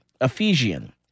Ephesian